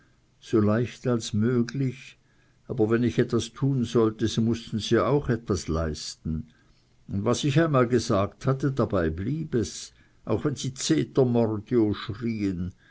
so leicht als möglich aber wenn ich etwas tun sollte so mußten sie auch etwas leisten und was ich einmal gesagt hatte dabei blieb es auch wenn sie zetermordio schrien